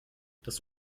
das